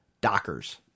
dockers